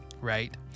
right